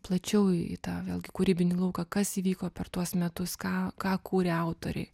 plačiau į tą vėlgi kūrybinį lauką kas įvyko per tuos metus ką ką kūrė autoriai